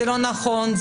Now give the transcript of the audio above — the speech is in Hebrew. לא נכון,